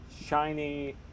shiny